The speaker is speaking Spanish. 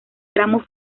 tramo